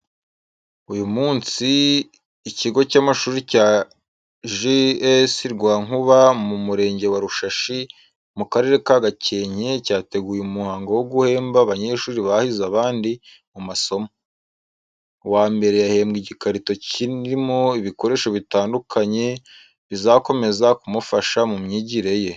Uyu munsi, ikigo cy’amashuri cya G.S. Rwankuba mu murenge wa Rushashi, mu karere ka Gakenke, cyateguye umuhango wo guhemba abanyeshuri bahize abandi mu masomo. Uwa mbere yahembwe igikarito kirimo ibikoresho bitandukanye bizakomeza kumufasha mu myigire ye.